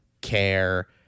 care